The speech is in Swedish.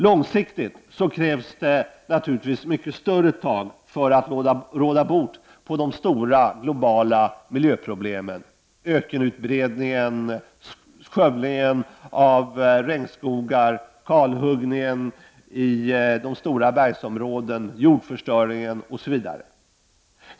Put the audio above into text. På lång sikt krävs naturligtvis mycket större tag för att råda bot på de stora globala miljöproblemen: Ökenutbredningen, skövlingen av regnskogar, kalhuggningen i de stora bergsområdena, jordförstöringen osv.